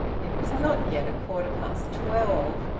it was not yet a quarter past twelve.